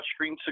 touchscreen